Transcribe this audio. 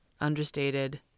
understated